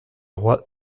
roi